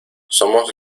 somos